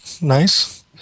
Nice